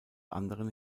anderen